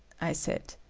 i said.